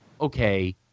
okay